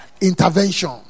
intervention